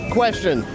question